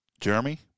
Jeremy